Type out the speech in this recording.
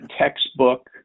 textbook